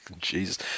Jesus